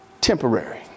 temporary